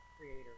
creator